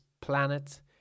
planet